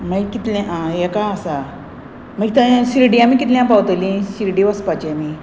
मागीर कितलें आं एकां आसा मागीर ते शिर्डी आमी कितल्यां पावतलीं शिर्डी वचपाची आमी